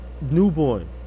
newborn